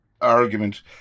argument